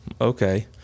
okay